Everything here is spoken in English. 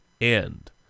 end